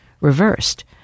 reversed